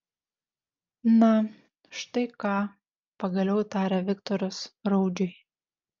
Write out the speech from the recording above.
na štai ką pagaliau tarė viktoras raudžiui